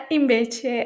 invece